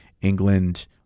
England